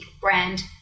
brand